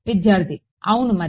విద్యార్థి అవును మరి